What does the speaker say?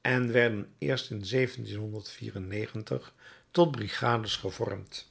en werden eerst in tot brigades gevormd